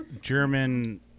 German